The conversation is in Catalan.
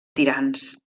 tirants